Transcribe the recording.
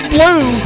Blue